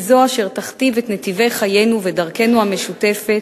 היא זו אשר תכתיב את נתיבי חיינו ודרכנו המשותפת,